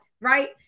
Right